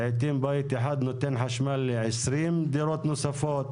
לעיתים בית אחד נותן חשמל ל- 20 דירות נוספות,